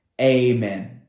Amen